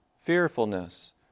Fearfulness